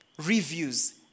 Reviews